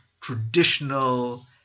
traditional